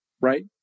right